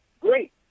great